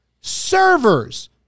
servers